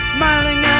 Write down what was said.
Smiling